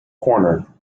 corner